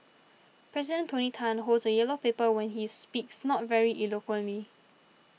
President Tony Tan holds a yellow paper when he speaks not very eloquently